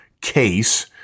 case